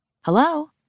Hello